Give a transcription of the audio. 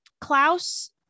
Klaus